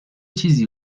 چیزی